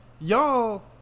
y'all